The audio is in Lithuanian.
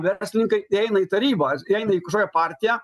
verslininkai įeina į tarybą įeina į kažkokią partiją